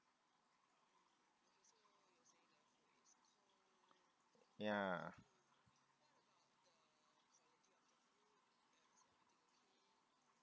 ya